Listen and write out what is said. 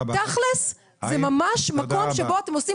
תכל'ס זה ממש מקום שבו אתם עושים